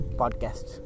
podcast